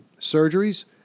surgeries